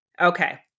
Okay